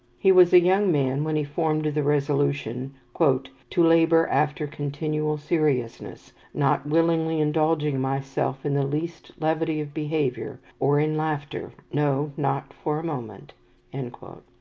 he was a young man when he formed the resolution, to labour after continual seriousness, not willingly indulging myself in the least levity of behaviour, or in laughter no, not for a moment and